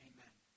Amen